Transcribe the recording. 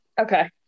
Okay